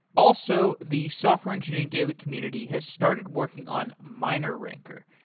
also, the software engineering daily community has started working on mineranker.